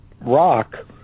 rock